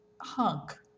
hunk